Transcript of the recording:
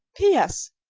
p s.